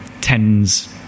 tens